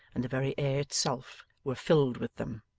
and the very air itself were filled with them.